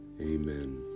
amen